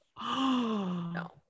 No